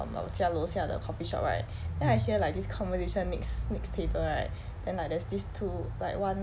um like 我家楼下的 coffee shop right then I hear like this conversation next next table right then like there's these two like one